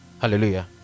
hallelujah